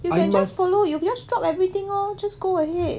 you can just follow you just stop everything lor just go ahead